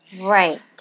Right